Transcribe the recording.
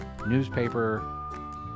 newspaper